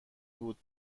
بود